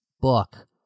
book